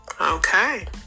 okay